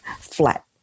flat